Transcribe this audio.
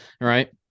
right